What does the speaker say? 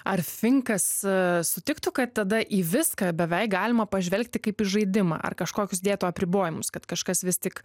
ar finkas sutiktų kad tada į viską beveik galima pažvelgti kaip į žaidimą ar kažkokius dėtų apribojimus kad kažkas vis tik